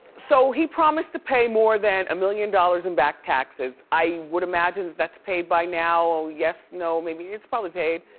so he promised to pay more than a million dollars in back taxes. i would imagine that that's paid by now, yes, no, maybe, it's probably paid,